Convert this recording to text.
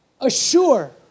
assure